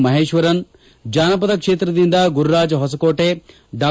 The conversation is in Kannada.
ಮಹೇಶ್ವರನ್ ಜಾನಪದ ಕ್ಷೇತ್ರದಿಂದ ಗುರುರಾಜ ಹೊಸಕೋಟೆ ಡಾ